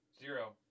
Zero